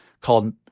called